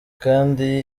kdi